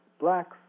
blacks